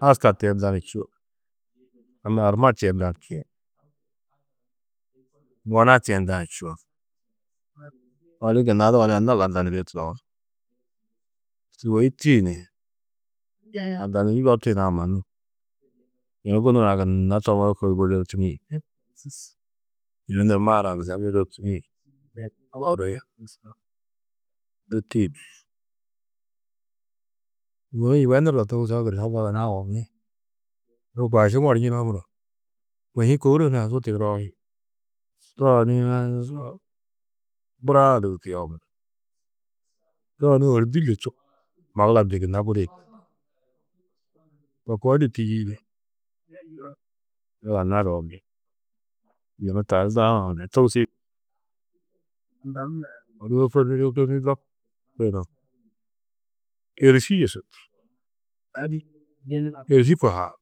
Aska tiyenda ni čûo anna arma tiyenda ni čûo, gona tiyenda ni čûo odu gunna doo ni anna landa niriê tudogus. Sûgoi tîyi ni landa nîri loptiyinã mannu yunu gunurã gunna kôi toburo wôzortini yunu nur maarã gunna wôzortini čuriĩ du tîyi. Yunu yibenurdo togusoo gunna maana-ã ôwonni lôko aši morčunoo muro kôhi kôburo hunã ha su tigiroo ni too ni buroã lidu tuyoopi too ni ôrdi li čub magulamnji gunna gudiyi. To koo di tîyiidi zaga nadoo ni yunu tani daaraã togusv, odu hôkordiri hôkordiri loptiyinã êriši yusu či, êriši kohaar,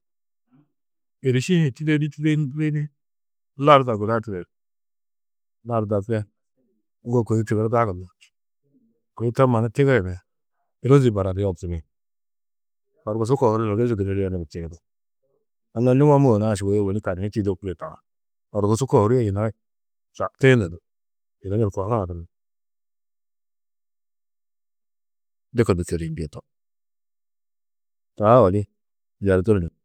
êriši-ĩ hi tîdedi tîdedi tîdedi larda guda tided. Larda guda de ŋgo kôi tigirda gunú, kôi to mannu tigiri ni ôrozi baradia tigiri. Horkusu kohuru ôrozi guniriê ŋadi tigiri, anna numo môore-ã sûgoi ôwonni tani hi tuyudobiê horkusu kohurĩ gunna čaktuyundu ni yunu nur kohurã gunna dikindu kediyindîe togus, taa odu yerduru ni